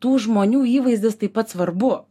tų žmonių įvaizdis taip pat svarbu